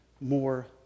more